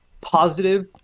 positive